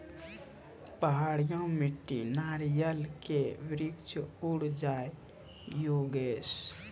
पहाड़िया मिट्टी नारियल के वृक्ष उड़ जाय योगेश?